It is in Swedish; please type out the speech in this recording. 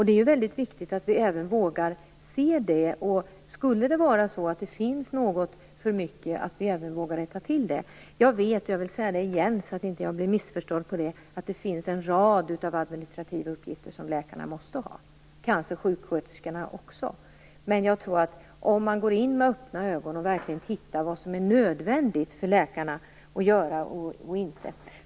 Det är mycket viktigt att vi även vågar se detta och att om det skulle vara så att det finns något för mycket att vi även vågar rätta till det. Jag vet - och jag vill säga det igen för att jag inte skall bli missförstådd - att det finns en rad administrativa uppgifter som läkarna måste ha. Det gäller kanske även sjuksköterskorna. Men jag tror att man skall gå in med öppna ögon och verkligen titta vad som är nödvändigt för läkarna att göra och inte.